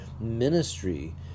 ministry